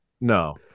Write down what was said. No